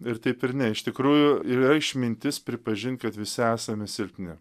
ir taip ir ne iš tikrųjų yra išmintis pripažinti kad visi esame silpni